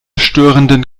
störenden